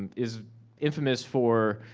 is infamous for